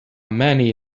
many